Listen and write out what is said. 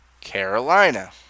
Carolina